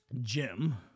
Jim